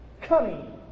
Cunning